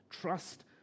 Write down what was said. Trust